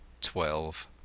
twelve